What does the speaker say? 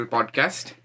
Podcast